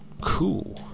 cool